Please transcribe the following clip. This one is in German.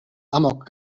amok